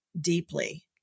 deeply